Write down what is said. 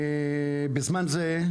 בזמן זה,